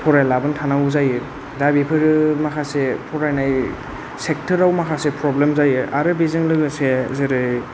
फरायालाबानो थानांगौ जायो दा बेफोरो माखासे फरायनाय सेक्टराव माखासे प्रब्लेम जायो आरो बेजों लोगोसे जेरै